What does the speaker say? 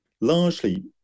largely